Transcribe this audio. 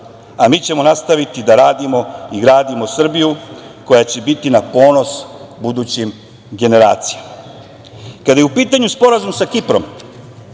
a mi ćemo nastaviti da radimo i gradimo Srbiju koja će biti na ponos budućim generacijama. Kada je u pitanju Sporazum sa Kiprom